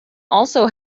also